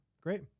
Great